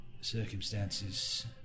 circumstances